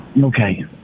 Okay